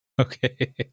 Okay